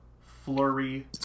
Flurry